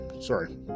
Sorry